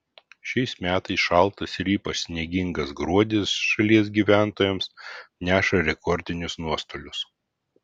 šiais metais šaltas ir ypač sniegingas gruodis šalies gyventojams neša rekordinius nuostolius